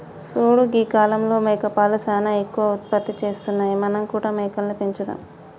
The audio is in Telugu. చూడు గీ కాలంలో మేకపాలు సానా ఎక్కువ ఉత్పత్తి చేస్తున్నాయి మనం కూడా మేకలని పెంచుదాం